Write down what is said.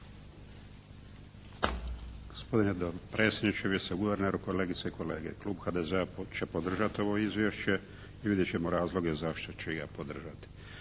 dopredsjedniče, viceguverneru, kolegice i kolege. Klub HDZ-a će podržati ovo izvješće. I vidjet ćemo razloga zašto će ga podržati.